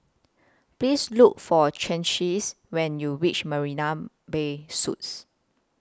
Please Look For Chauncey when YOU REACH Marina Bay Suites